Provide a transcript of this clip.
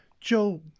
Joe